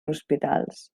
hospitals